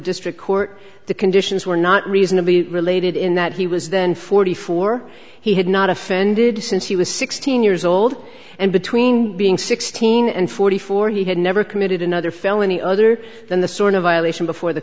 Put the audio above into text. district court the conditions were not reasonably related in that he was then forty four he had not offended since he was sixteen years old and between being sixteen and forty four he had never committed another felony other than the sort of violation before the